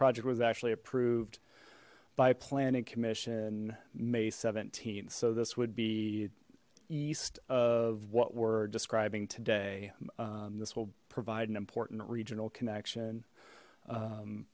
project was actually approved by planning commission may seventeen so this would be east of what we're describing today this will provide an important regional connection